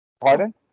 Pardon